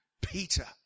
Peter